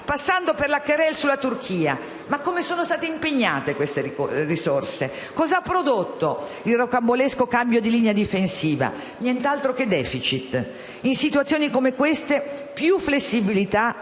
passando per la *querelle* sulla Turchia. Ma come sono state impiegate queste risorse? Cosa ha prodotto il rocambolesco cambio di linea difensiva? Nient'altro che *deficit*. In situazioni come queste, più flessibilità